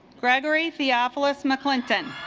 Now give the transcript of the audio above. gregory theophilus mcclinton